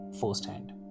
firsthand